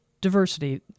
diversity